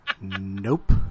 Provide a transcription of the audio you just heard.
Nope